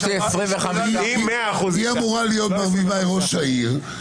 היא אמורה להיות ברביבאי ראש העיר,